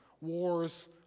Wars